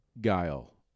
Guile